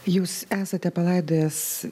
jūs esate palaidojęs